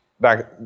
back